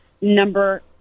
number